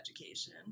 education